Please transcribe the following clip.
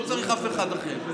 לא צריך אף אחד אחר.